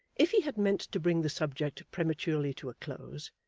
if he had meant to bring the subject prematurely to a close,